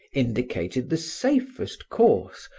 indicated the safest course,